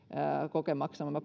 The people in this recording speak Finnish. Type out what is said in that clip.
kokemaksemme